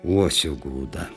uosio grūda